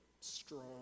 strong